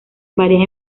varias